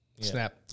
Snap